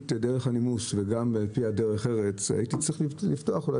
הנימוס וגם לפי דרך ארץ הייתי צריך לפתוח אולי